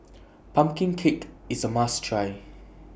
Pumpkin Cake IS A must Try